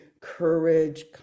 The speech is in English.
courage